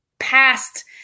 past